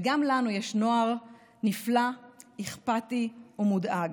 וגם לנו יש נוער נפלא, אכפתי ומודאג.